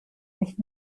nicht